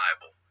Bible